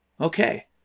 Okay